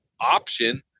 option